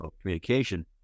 communication